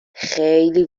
خیلی